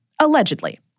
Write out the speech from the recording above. allegedly